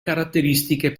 caratteristiche